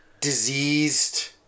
diseased